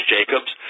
Jacobs